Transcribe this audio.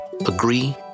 agree